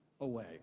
away